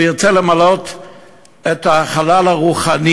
הוא ירצה למלא את החלל הרוחני.